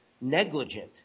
negligent